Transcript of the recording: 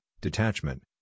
detachment